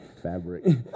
fabric